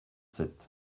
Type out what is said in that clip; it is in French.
sept